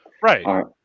right